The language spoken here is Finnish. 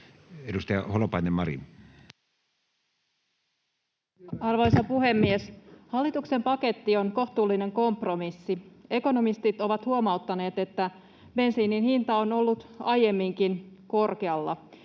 15:47 Content: Arvoisa puhemies! Hallituksen paketti on kohtuullinen kompromissi. Ekonomistit ovat huomauttaneet, että bensiinin hinta on ollut aiemminkin korkealla.